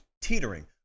teetering